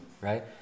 right